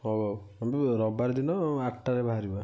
ହଉ ହଉ ରବିବାର ଦିନ ଆଠଟାରେ ବାହାରିବା